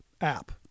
app